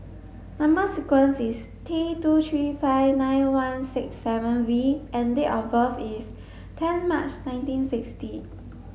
number sequence is T two three five nine one six seven V and date of birth is ten March nineteen sixty